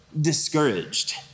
discouraged